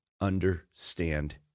understand